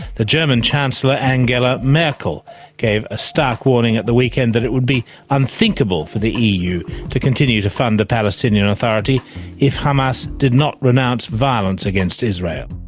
the german chancellor angela merkel gave a stark warning at the weekend that it would be unthinkable for the eu to continue to fund the palestinian authority if hamas did not renounce violence against israel.